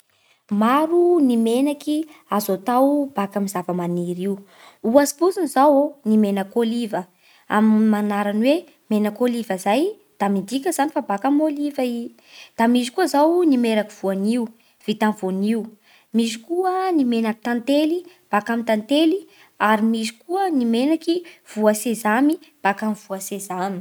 Maro ny menaky azo atao baka amin'ny zavamaniry io. Ohatsy fotsiny zao ny menak'ôliva amin'ny maha anarany hoe menak'ôliva izay da midika zany fa baka amin'ny ôliva i. Da misy koa izao ny menaky voanio vita amin'ny voanio. Misy koa ny menaky tantely baka amin'ny tantely. Ary misy koa ny menaky voa sezamy baka voa sezamy.